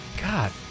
God